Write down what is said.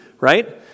right